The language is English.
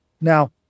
Now